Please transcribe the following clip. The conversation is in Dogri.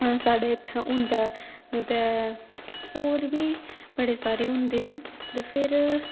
साढ़े इत्थै होंदा ऐ ते होर बी बड़े सारे होंदे न ते फेर